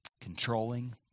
Controlling